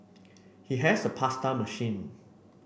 he has a pasta machine